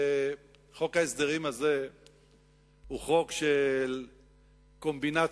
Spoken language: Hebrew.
חוק ההסדרים הזה הוא חוק של קומבינציות,